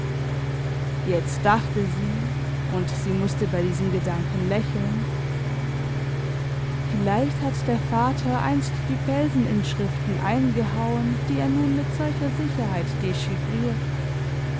jetzt dachte sie und sie mußte bei diesem gedanken lächeln vielleicht hat der vater einst die felseninschriften eingehauen die er nun mit solcher sicherheit